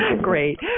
great